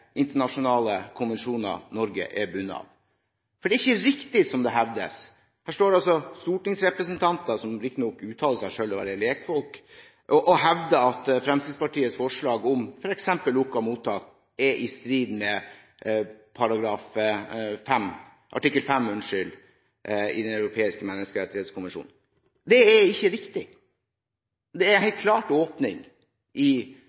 internasjonale konvensjoner Norge er bundet av. For her står altså stortingsrepresentanter – som riktignok omtaler seg selv som lekfolk – og hevder at Fremskrittspartiets forslag om f.eks. lukkede mottak er i strid med artikkel 5 i Den europeiske menneskerettskonvensjonen. Det er ikke riktig. Det stipuleres helt klart en åpning i